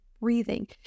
breathing